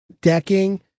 decking